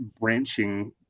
branching